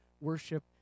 worship